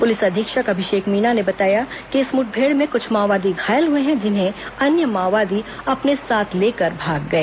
police अधीक्षक अभिषेक मीणा ने बताया कि इस मुठभेड़ में कुछ माओवादी घायल हुए हैं जिन्हे अन्य माओवादी अपने साथ लेकर भाग गए